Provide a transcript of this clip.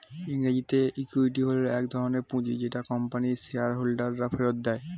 ইংরেজিতে ইক্যুইটি হল এক ধরণের পুঁজি যেটা কোম্পানির শেয়ার হোল্ডাররা ফেরত দেয়